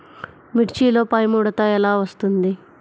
మిర్చిలో పైముడత ఎలా వస్తుంది?